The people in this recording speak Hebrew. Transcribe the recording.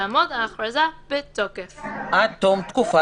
תעמוד ההכרזה בתוקף עד תום-